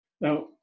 Now